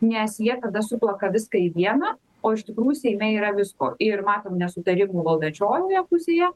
nes jie tada suplaka viską į vieną o iš tikrųjų seime yra visko ir matom nesutarimų valdančiojoje pusėje